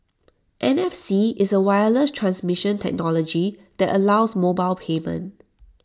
N F C is A wireless transmission technology that allows mobile payment